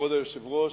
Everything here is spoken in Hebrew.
כבוד היושב-ראש,